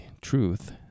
truth